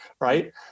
right